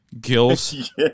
Gills